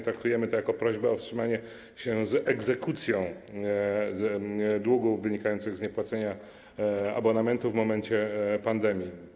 Traktujemy to jako prośbę o wstrzymanie się z egzekucją długów wynikających z nieopłacania abonamentu w momencie pandemii.